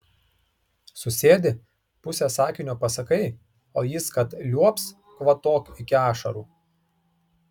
susėdi pusę sakinio pasakai o jis kad liuobs kvatok iki ašarų